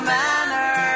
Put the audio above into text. manner